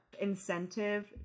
incentive